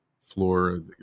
floor